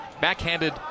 backhanded